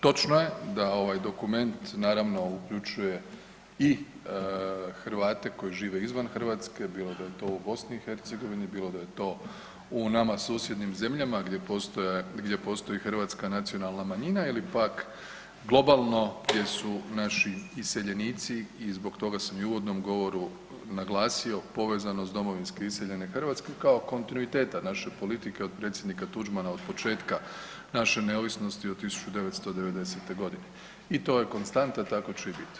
Točno je da ovaj dokument, naravno uključuje i Hrvate koji žive izvan Hrvatske, bilo da je to u BiH, bilo da je u nama susjednim zemljama, gdje postoji hrvatska nacionalna manjina ili pak globalno gdje su naši iseljenici i zbog toga sam i u uvodnom govoru naglasio povezanost domovinske iseljene Hrvatske kao kontinuiteta naše politike od predsjednika Tuđmana od početka naše neovisnosti od 1990. g. i to je konstanta i tako će i biti.